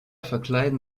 verkleiden